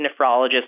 nephrologist